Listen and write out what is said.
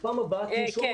כן.